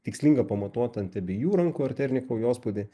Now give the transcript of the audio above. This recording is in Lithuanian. tikslinga pamatuot ant abiejų rankų arterinį kraujospūdį